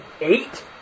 Eight